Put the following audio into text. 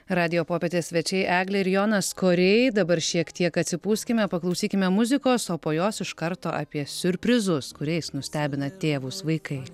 radijo popietės svečiai eglė ir jonas koriai dabar šiek tiek atsipūskime paklausykime muzikos o po jos iš karto apie siurprizus kuriais nustebina tėvus vaikai